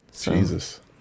Jesus